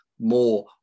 more